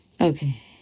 Okay